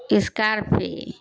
scorpio